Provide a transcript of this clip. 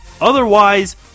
Otherwise